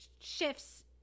shifts